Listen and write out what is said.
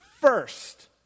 first